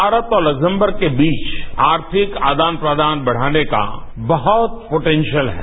भारत और तक्समबर्ग के बीच आर्थिक आदान प्रदान बढ़ानेका बहुत पोटेन्शल है